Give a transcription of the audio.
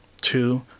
Two